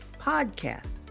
podcast